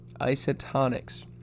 isotonics